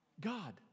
God